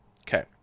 Okay